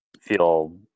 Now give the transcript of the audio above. feel